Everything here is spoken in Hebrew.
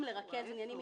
היום אין לכם צו הפסקה